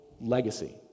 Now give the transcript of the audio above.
legacy